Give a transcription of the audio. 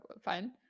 Fine